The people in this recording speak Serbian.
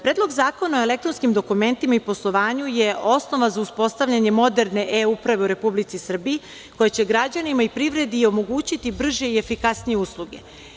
Predlog zakona o elektronskim dokumentima i poslovanju je osnova za uspostavljanje moderne e-uprava u Republici Srbiji koja će građanima i privredi omogućiti brže i efikasnije usluge.